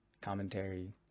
commentary